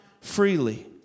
freely